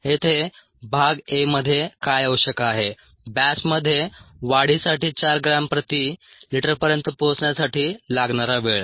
येथे भाग a मध्ये काय आवश्यक आहे बॅचमध्ये वाढीसाठी 4 ग्रॅम प्रति लिटरपर्यंत पोहोचण्यासाठी लागणारा वेळ